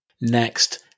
Next